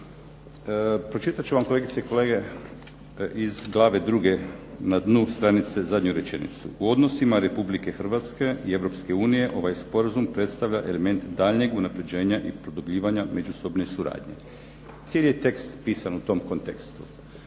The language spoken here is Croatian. Pročitati ću vam kolegice i kolege iz glave 2. na dnu stranice zadnju rečenicu. U odnosima Republike Hrvatske i Europske unije, ovaj sporazum predstavlja element daljnjeg unapređenja i produbljivanja međusobne suradnje. Cijeli je tekst pisan u tom kontekstu.